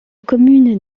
commune